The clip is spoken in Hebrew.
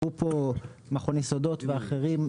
דיברו פה מכון יסודות ואחרים,